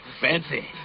Fancy